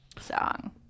song